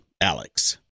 Alex